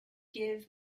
give